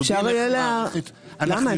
למה?